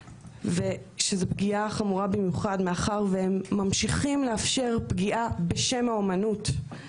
וזאת פגיעה חמורה במיוחד מאחר שהם ממשיכים לאפשר פגיעה בשם האמנות.